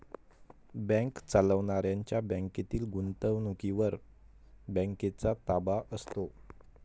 bank चालवणाऱ्यांच्या बँकेतील गुंतवणुकीवर बँकेचा ताबा असतो